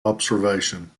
observation